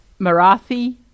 Marathi